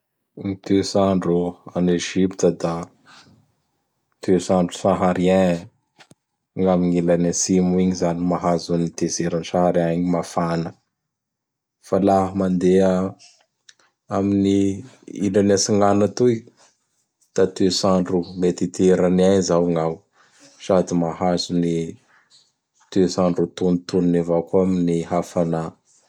Gny toets'andro an'Ezypta da toets'andro Saharien; gn'amin'ilay atsimo igny zany mahazo an desert an Sahara igny mafana. Fa laha mandeha amin'ny ilany atsignana atoy; da toets'andro mediteranien zao gn'ao sady mahazo ny toets'andro antonotonony avao koa amin'ny hafanà.